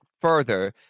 further